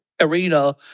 arena